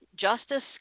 Justice